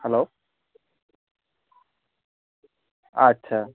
hello আচ্ছা